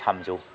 थामजौ